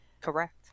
correct